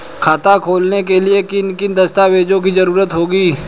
खाता खोलने के लिए किन किन दस्तावेजों की जरूरत होगी?